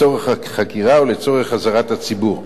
לצורך חקירה או לצורך אזהרת הציבור,